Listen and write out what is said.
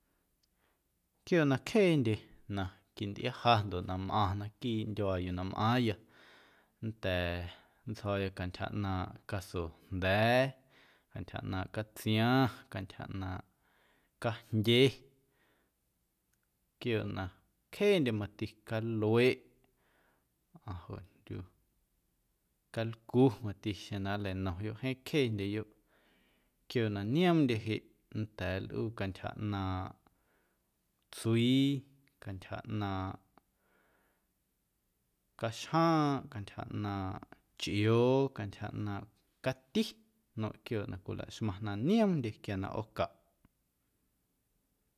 Quiooꞌ na cjeendye na quintꞌia ja ndoꞌ na mꞌaⁿ naquiiꞌ ndyuaa yuu na mꞌaaⁿya nnda̱a̱ nntsjo̱o̱ya cantyja ꞌnaaⁿꞌ casojnda̱a̱, cantyja ꞌnaaⁿꞌ catsiaⁿ, cantyja ꞌnaaⁿꞌ canjndye, quiooꞌ na cjeendye mati calueꞌ mꞌaⁿ ljoꞌjndyu calcu mati xeⁿ na nleinomyoꞌ jeeⁿ cjeendyeyoꞌ quiooꞌ na nioomndye jeꞌ nnda̱a̱ nlꞌuu cantyja ꞌnaaⁿꞌ tsuii, cantyja ꞌnaaⁿꞌ caxjaaⁿꞌ, cantyja ꞌnaaⁿꞌ chꞌioo, cantyja ꞌnaaⁿꞌ cati nmeiⁿꞌ quiooꞌ na cwilamaⁿ na nioomndye quia na ꞌoocaꞌ.